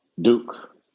Duke